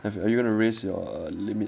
if you are you gonna raise your limit